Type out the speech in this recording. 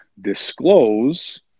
disclose